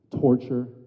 torture